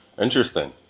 interesting